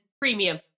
premium